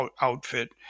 outfit